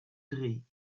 drie